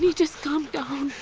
just calm down.